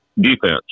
Defense